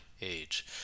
age